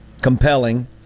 compelling